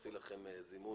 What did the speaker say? נוציא לכם זימון,